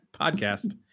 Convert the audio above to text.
podcast